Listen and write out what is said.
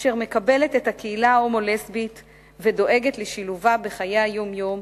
אשר מקבלת את הקהילה ההומו-לסבית ודואגת לשילובה בחיי היום-יום,